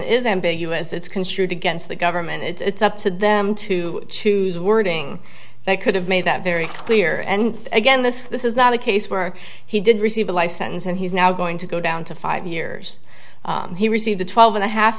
is ambiguous it's construed against the government it's up to them to choose wording they could have made that very clear and again this this is not a case where he did receive a life sentence and he's now going to go down to five years and he received a twelve and a half